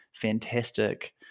fantastic